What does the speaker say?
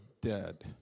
dead